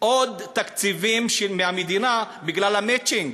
עוד תקציבים מהמדינה בגלל המצ'ינג.